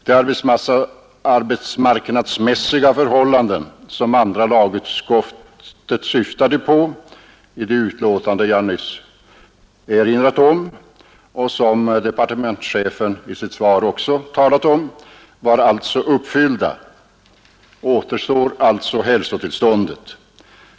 De arbetsmarknadsmässiga förhållanden som andra lagutskottet syftade på i det utlåtande jag nyss erinrat om och som departementschefen i sitt svar också talat om var alltså uppfyllda. Aterstar alltsa hälsotillståndet.